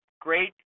great